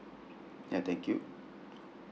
ya thank you